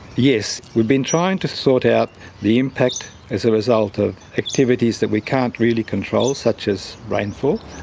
yes. we've been trying to sort out the impact as a result of activities that we can't really control, such as rainfall,